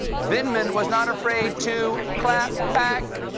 vindman was not afraid to clap back.